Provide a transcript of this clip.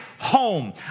home